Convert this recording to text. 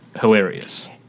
hilarious